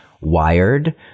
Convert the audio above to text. Wired